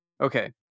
Okay